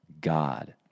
God